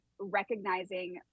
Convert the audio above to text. recognizing